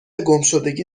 گمشدگی